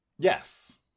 Yes